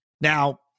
Now